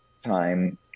time